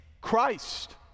Christ